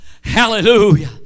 Hallelujah